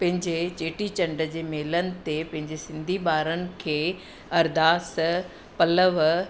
पंहिंजे चेटीचंड जे मेलनि ते पंहिंजे सिंधी ॿारनि खे अरदास पलव